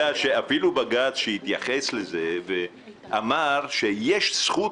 אתה יודע שאפילו בג"צ התייחס לזה ואמר שיש זכות